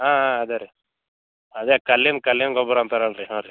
ಹಾಂ ಹಾಂ ಅದೇ ರೀ ಅದೇ ಕಲ್ಲಿಮ್ ಕಲ್ಲಿಮ್ ಗೊಬ್ರ ಅಂತರಲ್ಲ ರೀ ಹಾಂ ರೀ